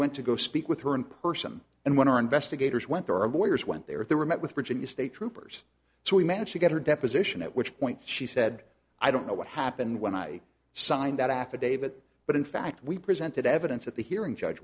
went to go speak with her in person and when our investigators went there are lawyers went there they were met with virginia state troopers so we managed to get her deposition at which point she said i don't know what happened when i signed that affidavit but in fact we presented evidence at the hearing judge